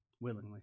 Willingly